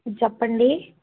చెప్పండి